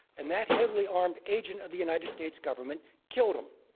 and that heavily armed agent of the united states government killed him.